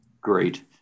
Great